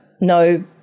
no